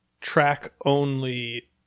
track-only